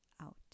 out